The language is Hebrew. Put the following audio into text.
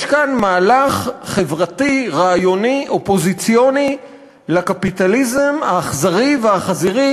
יש כאן מהלך חברתי-רעיוני אופוזיציוני לקפיטליזם האכזרי והחזירי